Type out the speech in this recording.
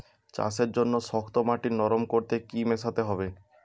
চাষের জন্য শক্ত মাটি নরম করতে কি কি মেশাতে হবে?